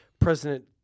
President